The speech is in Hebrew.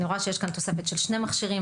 אני רואה שיש כאן תוספת של שני מכשירים.